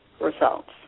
results